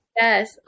Yes